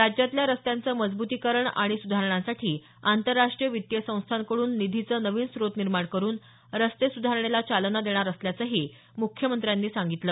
राज्यातल्या रस्त्यांचं मजबुतीकरण आणि सुधारणांसाठी आंतरराष्ट्रीय वित्तीय संस्थांकडून निधीचे नवीन स्त्रोत निर्माण करून रस्ते सुधारणेला चालना देणार असल्याचंही मुख्यमंत्र्यांनी सांगितलं